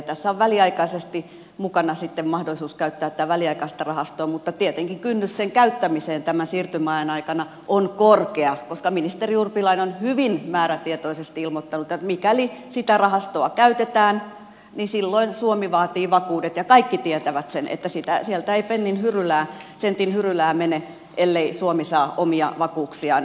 tässä on väliaikaisesti mukana sitten mahdollisuus käyttää tätä väliaikaista rahastoa mutta tietenkin kynnys sen käyttämiseen tämän siirtymäajan aikana on korkea koska ministeri urpilainen on hyvin määrätietoisesti ilmoittanut että mikäli sitä rahastoa käytetään niin silloin suomi vaatii vakuudet ja kaikki tietävät sen että sieltä ei sentin hyrylää mene ellei suomi saa omia vakuuksiaan